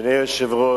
אדוני היושב-ראש,